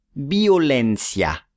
Violencia